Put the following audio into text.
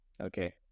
Okay